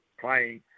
playing